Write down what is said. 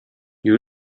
you